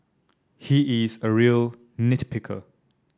he is a real nit picker